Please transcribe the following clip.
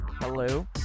hello